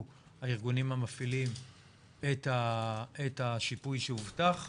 הארגונים המפעילים את השיפוי שהובטח,